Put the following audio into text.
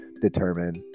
determine